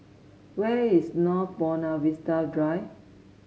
where is North Buona Vista Drive